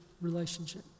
relationship